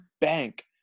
bank